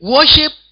Worship